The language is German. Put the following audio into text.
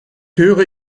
höre